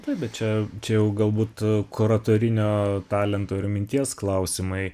taip bet čia čia jau galbūt a kuratorinio talento ir minties klausimai